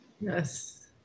Yes